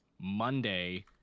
Monday